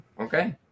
Okay